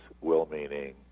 well-meaning